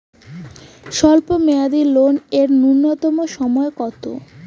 স্বল্প মেয়াদী লোন এর নূন্যতম সময় কতো?